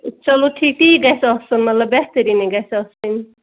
چلو ٹھیٖک تی گَژھِ آسُن مطلب بہتریٖنٕے گژھِ آسٕنۍ